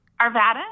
Arvada